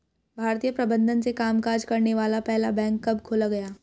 भारतीय प्रबंधन से कामकाज करने वाला पहला बैंक कब खोला गया?